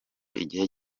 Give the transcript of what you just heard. igihe